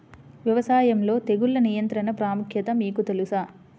వ్యవసాయంలో తెగుళ్ల నియంత్రణ ప్రాముఖ్యత మీకు తెలుసా?